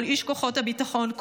כל איש כוחות ביטחון,